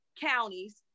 counties